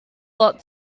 lot